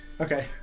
Okay